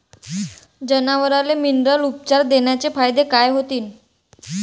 जनावराले मिनरल उपचार देण्याचे फायदे काय होतीन?